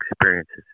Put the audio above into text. experiences